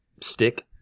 stick